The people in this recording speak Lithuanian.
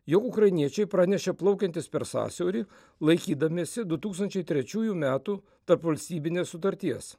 jog ukrainiečiai pranešė plaukiantys per sąsiaurį laikydamiesi du tūkstančiai trečiųjų metų tarpvalstybinės sutarties